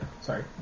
Sorry